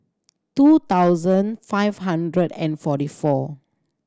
two thousand five hundred and forty four